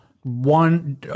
one